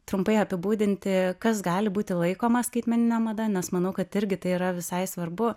trumpai apibūdinti kas gali būti laikoma skaitmenine mada nes manau kad irgi tai yra visai svarbu